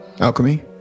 alchemy